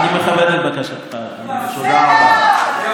אני מכבד את בקשתך, אדוני היושב-ראש.